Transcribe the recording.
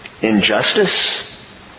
Injustice